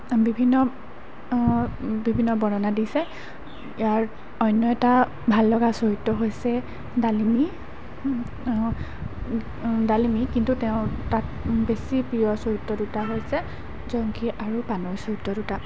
বিভিন্ন বিভিন্ন বৰ্ণনা দিছে ইয়াৰ অন্য এটা ভাল লগা চৰিত্ৰ হৈছে ডালিমি ডালিমি কিন্তু তেওঁ তাত বেছি প্ৰিয় চৰিত্ৰ দুটা হৈছে জংকী আৰু পানৈ চৰিত্ৰ দুটা